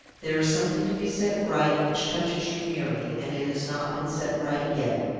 there is something to be set right which touches you nearly and it has not been set right yet.